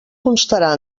constarà